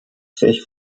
sich